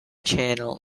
channel